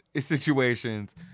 situations